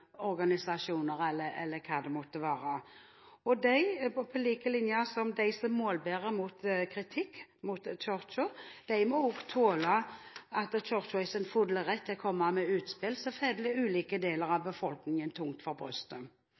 organisasjoner eller hva det måtte være. Og de må, på lik linke med dem som målbærer kritikk mot Kirken, også tåle at Kirken er i sin fulle rett til å komme med utspill som faller ulike deler av befolkningen tungt for brystet.